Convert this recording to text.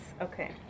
okay